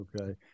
Okay